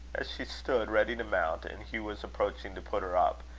as she stood ready to mount, and hugh was approaching to put her up,